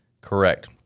Correct